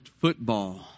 football